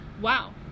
Wow